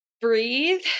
breathe